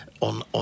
on